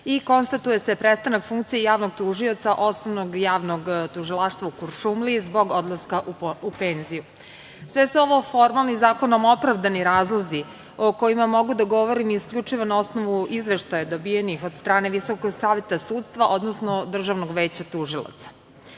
i konstatuje se prestanak funkcije javnog tužioca Osnovnog javnog tužilaštva u Kuršumliji zbog odlaska u penziju. Sve su ovo formalni, zakonom opravdani razlozi o kojima mogu da govorim isključivo na osnovu izveštaja dobijenih od strane Visokog saveta sudstva, odnosno Državnog veća tužilaca.I